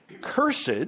Cursed